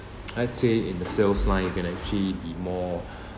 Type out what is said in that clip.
I'd say in the sales line you can actually be more